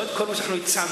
לא את כל מה שאנחנו הצענו,